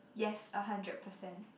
yes a hundred percent